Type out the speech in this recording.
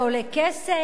זה עולה כסף,